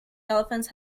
elephants